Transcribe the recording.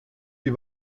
die